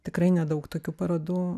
tikrai nedaug tokių parodų